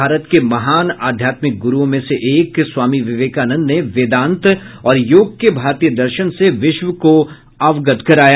भारत के महान आध्यात्मिक गुरुओं में से एक स्वामी विवेकानंद ने वेदांत और योग के भारतीय दर्शन से विश्व को अवगत कराया